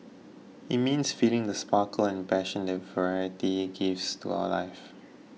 it means feeling the sparkle and passion that variety gives to our lives